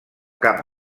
cap